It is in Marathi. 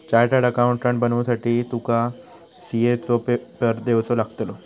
चार्टड अकाउंटंट बनुसाठी तुका सी.ए चो पेपर देवचो लागतलो